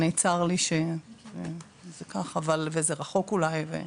צר לי שזה ככה וזה רחוק אולי,